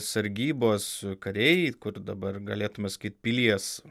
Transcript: sargybos kariai kur dabar galėtume sakyti pilies